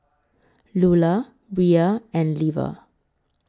Lulah Bria and Leva